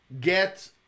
get